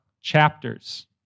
chapters